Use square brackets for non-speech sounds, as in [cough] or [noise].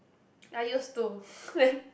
I used to [breath] then